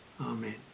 Amen